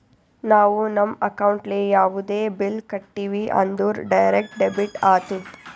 ನಾವು ನಮ್ ಅಕೌಂಟ್ಲೆ ಯಾವುದೇ ಬಿಲ್ ಕಟ್ಟಿವಿ ಅಂದುರ್ ಡೈರೆಕ್ಟ್ ಡೆಬಿಟ್ ಆತ್ತುದ್